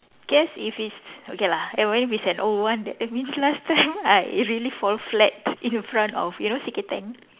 guess if it's okay lah if it's an old one that that means last time I really fall flat in front of you know C K Tang